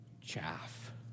chaff